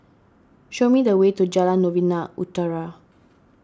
show me the way to Jalan Novena Utara